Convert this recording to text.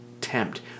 tempt